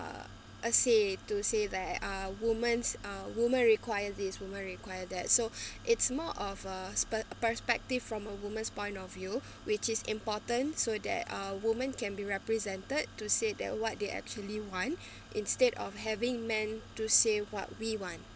say to say that uh women's uh women require this women require that so it's more of a spurt perspective from a woman's point of view which is important so that a woman can be represented to say that what they actually want instead of having men to say what we want